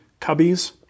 cubbies